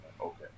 okay